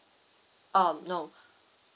um no